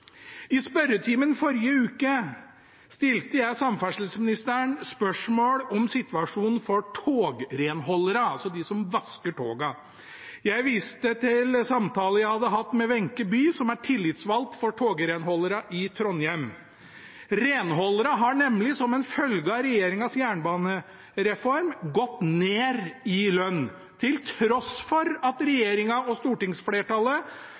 I spørretimen forrige uke stilte jeg samferdselsministeren spørsmål om situasjonen for togrenholderne, altså de som vasker togene. Jeg viste til en samtale jeg hadde hatt med Wenche Bye, som er tillitsvalgt for togrenholderne i Trondheim. Renholderne har nemlig som følge av regjeringens jernbanereform gått ned i lønn – til tross for at regjeringen og stortingsflertallet